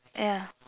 ya